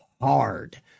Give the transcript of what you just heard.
hard